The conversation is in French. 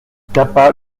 tapa